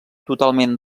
totalment